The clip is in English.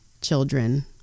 children